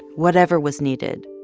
whatever was needed.